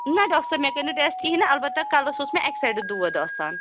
نہَ ڈاکٹر صٲب مےٚ کٔرۍ نہٕ ٹٮ۪سٹ کِہیٖنۍ نہٕ اَلبتہٕ کَلَس اوس مےٚ اَکہِ سایڈٕ دود آسان